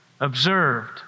Observed